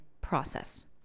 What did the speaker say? process